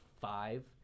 five